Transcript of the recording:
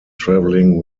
travelling